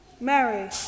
Mary